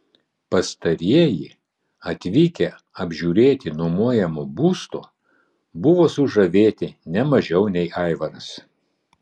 pastarieji atvykę apžiūrėti nuomojamo būsto buvo sužavėti ne mažiau nei aivaras